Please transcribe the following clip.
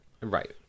Right